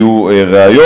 כשיהיו ראיות.